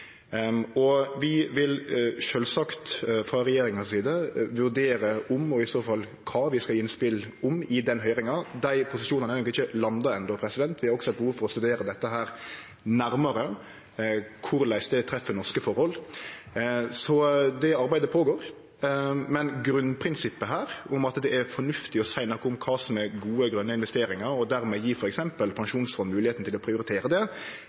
Vi vil sjølvsagt frå regjeringa si side vurdere om og i så fall kva vi skal gje innspel om i den høyringa. Dei posisjonane er nok ikkje landa enno. Vi har også eit behov for å studere dette nærmare, korleis det treffer norske forhold. Det arbeidet føregår. Men grunnprinsippet her om at det er fornuftig å seie noko om kva som er gode, grøne investeringar og dermed gje f.eks. pensjonsfond moglegheita til å prioritere det,